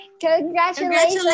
congratulations